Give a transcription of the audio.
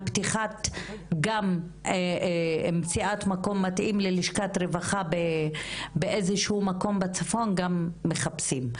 גם על מציאת מקום מתאים ללשכת רווחה באיזשהו מקום בצפון מחפשים.